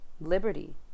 Liberty